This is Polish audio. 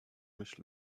myśl